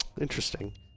Interesting